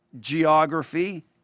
geography